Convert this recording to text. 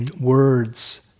words